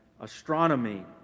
astronomy